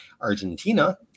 Argentina